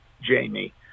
Jamie